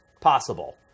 possible